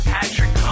Patrick